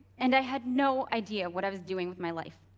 and i had no idea what i was doing with my life,